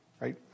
right